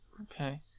okay